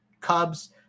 Cubs